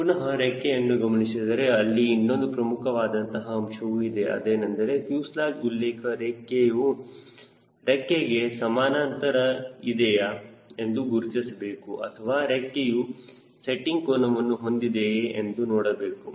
ಪುನಹ ರೆಕ್ಕೆಯನ್ನು ಗಮನಿಸಿದರೆ ಅಲ್ಲಿ ಇನ್ನೊಂದು ಪ್ರಮುಖವಾದಂತಹ ಅಂಶವೂ ಇದೆ ಅದೇನೆಂದರೆ ಫ್ಯೂಸೆಲಾಜ್ ಉಲ್ಲೇಖ ರೇಖೆಯು ರೆಕ್ಕೆಗೆ ಸಮಾನಾಂತರದಲ್ಲಿ ಇದೆಯಾ ಎಂದು ಗುರುತಿಸಬೇಕು ಅಥವಾ ರೆಕ್ಕೆಯು ಸೆಟ್ಟಿಂಗ್ ಕೋನವನ್ನು ಹೊಂದಿದೆಯೇ ಎಂದು ನೋಡಬೇಕು